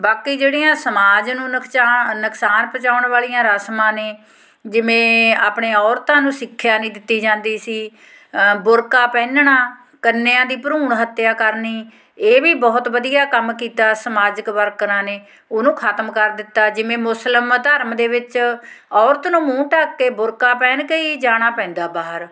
ਬਾਕੀ ਜਿਹੜੀਆਂ ਸਮਾਜ ਨੂੰ ਨੁਕਸਾਨ ਪਹੁੰਚਾਉਣ ਵਾਲੀਆਂ ਰਸਮਾਂ ਨੇ ਜਿਵੇਂ ਆਪਣੇ ਔਰਤਾਂ ਨੂੰ ਸਿੱਖਿਆ ਨਹੀਂ ਦਿੱਤੀ ਜਾਂਦੀ ਸੀ ਬੁਰਕਾ ਪਹਿਨਣਾ ਕੰਨਿਆਂ ਦੀ ਭਰੂਣ ਹੱਤਿਆ ਕਰਨੀ ਇਹ ਵੀ ਬਹੁਤ ਵਧੀਆ ਕੰਮ ਕੀਤਾ ਸਮਾਜਿਕ ਵਰਕਰਾਂ ਨੇ ਉਹਨੂੰ ਖਤਮ ਕਰ ਦਿੱਤਾ ਜਿਵੇਂ ਮੁਸਲਿਮ ਧਰਮ ਦੇ ਵਿੱਚ ਔਰਤ ਨੂੰ ਮੂੰਹ ਢੱਕ ਕੇ ਬੁਰਕਾ ਪਹਿਨ ਕੇ ਹੀ ਜਾਣਾ ਪੈਂਦਾ ਬਾਹਰ